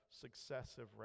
successive